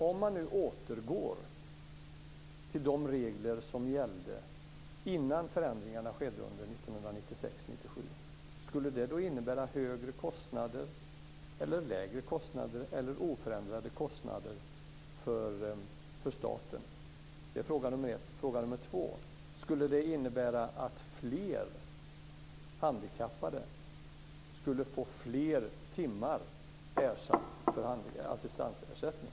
Om man nu återgår till de regler innan förändringarna skedde under 1996/1997, skulle det då innebära högre kostnader, lägre kostnader, eller oförändrade kostnader för staten? Det är fråga nr 1. Fråga nr 2 är: Skulle det innebära att fler handikappade skulle få fler timmar med assistansersättning?